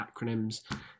acronyms